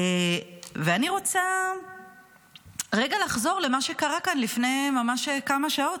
אני רוצה רגע לחזור למה שקרה כאן לפני ממש כמה שעות.